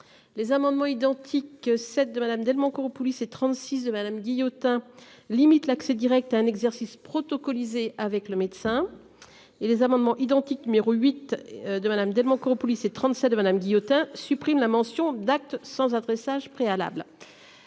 Les amendements identiques cette de Madame Delmont, Koropoulis c'est 36 de Madame Guillotin limite l'accès Direct à un exercice protocole Izé avec le médecin. Et les amendements identiques huit de Madame Delmont Koropoulis ses 37 Madame Guillotin supprime la mention d'actes sans adressage préalables.